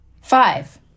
Five